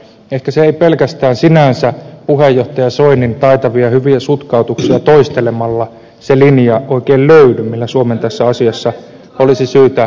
ehkä se linja ei sinänsä pelkästään puheenjohtaja soinin taitavia hyviä sutkautuksia toistelemalla oikein löydy millä suomen tässä asiassa olisi syytä mennä